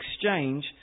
exchange